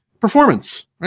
performance